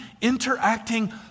interacting